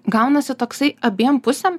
gaunasi toksai abiem pusėm